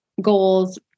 goals